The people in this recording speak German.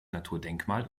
naturdenkmal